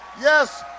Yes